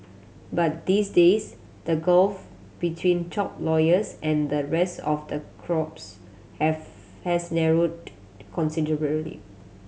but these days the gulf between top lawyers and the rest of the crops have has narrowed considerably